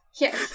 Yes